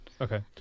Okay